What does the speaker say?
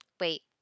wait